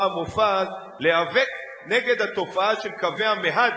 מופז להיאבק נגד התופעה של קווי המהדרין,